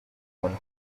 one